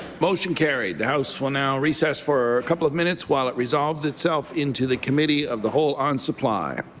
motion carried the house will now recess for a couple of minutes while it resolves itself into the committee of the whole on supply.